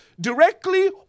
directly